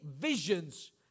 visions